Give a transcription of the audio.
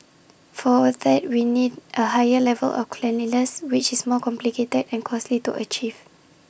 for that we need A higher level of cleanliness which is more complicated and costly to achieve